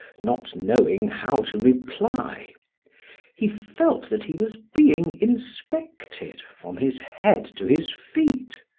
not knowing how to reply he felt that he was being inspected from his head to his feet.